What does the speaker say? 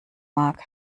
mag